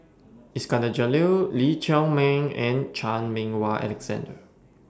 Iskandar Jalil Lee Chiaw Meng and Chan Meng Wah Alexander